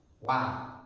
wow